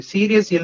Serious